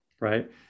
right